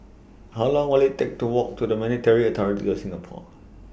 How Long Will IT Take to Walk to The Monetary Authority of Singapore